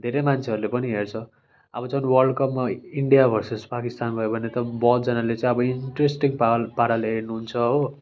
धेरै मान्छेहरूले पनि हेर्छ अब झन् वर्ल्ड कपमा इन्डिया भर्सेस पाकिस्तान भयो भने त बहुत जनाले चाहिँ अब इन्टरेस्टिङ पाल पाराले हेर्नुहुन्छ हो